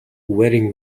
wedding